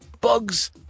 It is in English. Bugs